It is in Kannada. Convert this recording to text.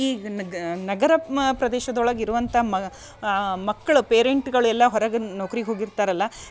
ಈಗ ನಗ ನಗರ ಮ ಪ್ರದೇಶದೊಳಗೆ ಇರುವಂಥ ಮ ಮಕ್ಳ ಪೇರೆಂಟ್ಗಳು ಎಲ್ಲ ಹೊರಗೆ ನೌಕ್ರಿಗೆ ಹೋಗಿರ್ತಾರಲ್ಲ